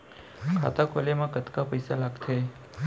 खाता खोले मा कतका पइसा लागथे?